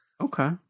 Okay